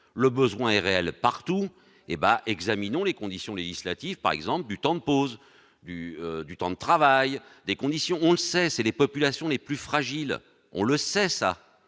le besoin est réel partout et bah, examinons les conditions législatives par exemple du temps de pause du du temps de travail des conditions ont cessé les populations les plus fragiles, on le sait ça,